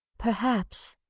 perhaps,